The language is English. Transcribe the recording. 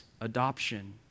adoption